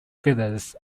feathers